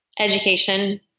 Education